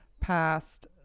past